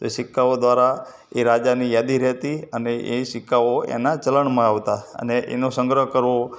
સિક્કાઓ દ્વારા એ રાજાની યાદી રહેતી અને એ સિક્કાઓ એનાં ચલણમાં આવતા અને એનો સંગ્રહ કરવો